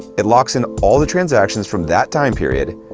it locks in all the transactions from that time period,